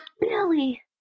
Billy